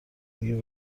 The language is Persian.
دیگه